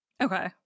okay